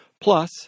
Plus